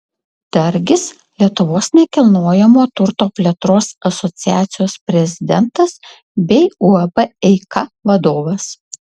dargis lietuvos nekilnojamojo turto plėtros asociacijos prezidentas bei uab eika vadovas